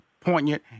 poignant